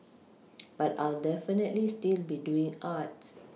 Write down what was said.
but I'll definitely still be doing art